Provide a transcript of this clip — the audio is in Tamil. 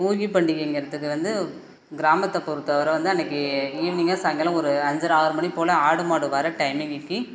போகி பண்டிகைங்கிறதுக்கு வந்து கிராமத்த பொறுத்தவரை வந்து அன்றைக்கி ஈவினிங்கா சாய்ங்காலம் ஒரு அஞ்சரை ஆறு மணி போல் ஆடு மாடு வர டைம்மிங்கிக்கு